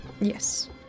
Yes